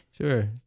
Sure